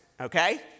Okay